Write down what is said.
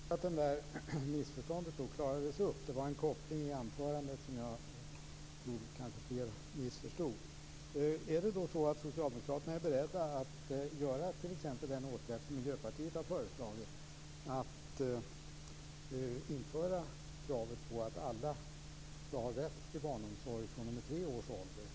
Fru talman! Det var bra att det missförståndet klarades upp. Det var en koppling i anförandet som jag tror att fler missförstod. Är Socialdemokraterna beredda att vidta den åtgärd som Miljöpartiet har föreslagit, nämligen att införa kravet på att alla skall ha rätt till barnomsorg fr.o.m. tre års ålder?